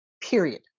period